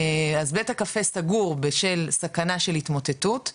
אז בית הקפה סגור בשל סכנה של התמוטטות,